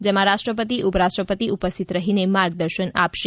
જેમાં રાષ્ટ્રપતિ ઉપરરાષ્ટ્રપતિ ઉપસ્થિત રહીને માર્ગદર્શન આપશે